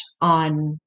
on